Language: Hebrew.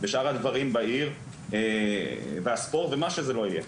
בשאר הדברים בעיר והספורט ומה שזה לא יהיה,